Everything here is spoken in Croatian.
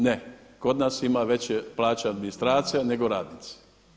Ne, kod nas ima veće plaće administracija, nego radnici.